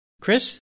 Chris